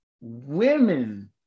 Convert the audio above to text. women